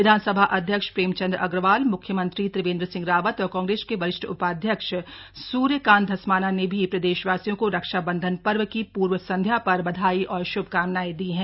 विधानसभा अध्यक्ष प्रेम चन्द्र अग्रवाल मुख्यमंत्री त्रिवेन्द्र सिंह रावत और काग्रेस के वरिष्ठ उपाध्यक्ष सूर्य कान्त धस्माना ने भी प्रदेश वासियों को रक्षाबंधन पर्व की पूर्व संध्या पर बधाई और शुभकामनाएं दी हैं